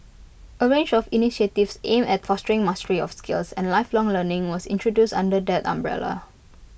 A range of initiatives aimed at fostering mastery of skills and lifelong learning was introduced under that umbrella